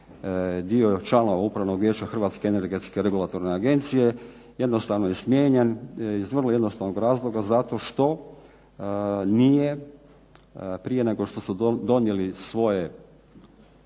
dio članova upravnog vijeća Hrvatske energetske regulatorne agencije jednostavno je smijenjen iz vrlo jednostavnog razloga, zato što nije prije nego što su donijeli svoje,